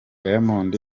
diamond